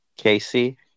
Casey